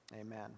Amen